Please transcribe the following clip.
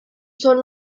son